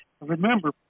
remember